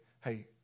hey